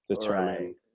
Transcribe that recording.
determine